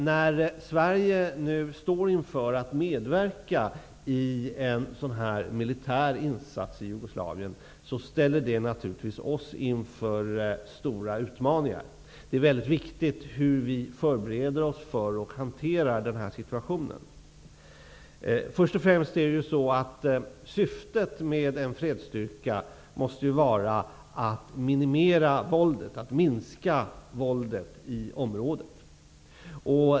När Sverige nu står inför att medverka i en sådan här militär insats i Jugoslavien ställer det naturligtvis oss i Sverige inför stora utmaningar. Det är mycket viktigt hur vi förbereder oss för denna situation och hur vi hanterar den. För det första måste syftet med en fredsstyrka vara att minska våldet i området.